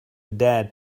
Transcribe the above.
dared